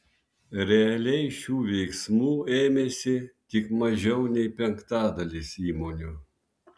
realiai šių veiksmų ėmėsi tik mažiau nei penktadalis įmonių